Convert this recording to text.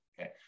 okay